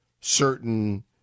certain